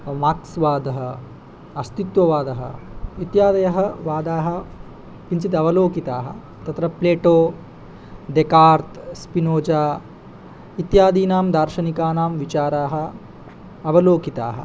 marks वादः अस्तित्ववादः इत्यादयः वादाः किञ्चिदवलोकिताः तत्र प्लेटो डेकार्त् स्पिनोजा इत्यादीनां दार्शनिकानां विचाराः अवलोकिताः